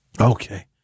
Okay